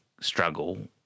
struggle